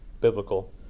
biblical